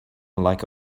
like